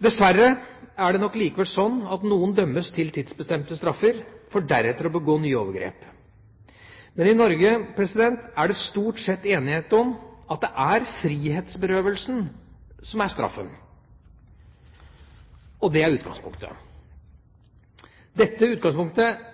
Dessverre er det nok likevel sånn at noen dømmes til tidsbestemte straffer, for deretter å begå nye overgrep. Men i Norge er det stort sett enighet om at det er frihetsberøvelsen som er straffen. Det er utgangspunktet. Dette utgangspunktet